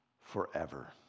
forever